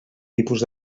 tipus